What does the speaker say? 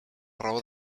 raó